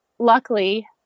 Luckily